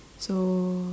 so